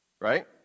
right